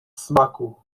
smaku